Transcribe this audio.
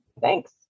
thanks